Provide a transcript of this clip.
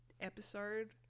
episode